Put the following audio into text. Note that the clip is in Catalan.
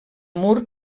mur